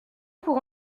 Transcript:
pour